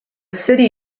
city